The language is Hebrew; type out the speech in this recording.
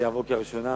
זה יעבור קריאה ראשונה,